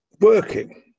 working